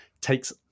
takes